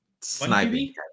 sniping